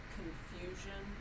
confusion